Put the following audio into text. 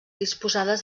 disposades